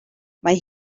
mae